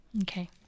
Okay